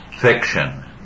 fiction